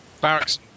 Barracks